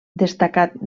destacat